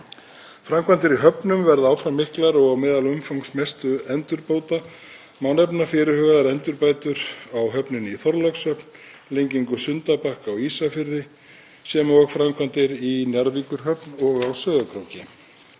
Framkvæmdir í höfnum verði áfram miklar og á meðal umfangsmestu endurbóta má nefna fyrirhugaðar endurbætur á höfninni í Þorlákshöfn, lengingu Sundabakka á Ísafirði sem og framkvæmdir í Njarðvíkurhöfn og á Sauðárkróki.